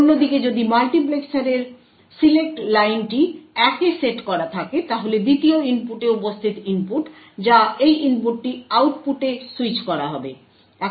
অন্যদিকে যদি মাল্টিপ্লেক্সারের সিলেক্ট লাইনটি 1 এ সেট করা থাকে তাহলে 2য় ইনপুটে উপস্থিত ইনপুট যা এই ইনপুটটি আউটপুটে সুইচ করা হবে